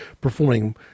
performing